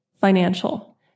financial